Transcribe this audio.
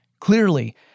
Clearly